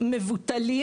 בלשכות מבוטלים.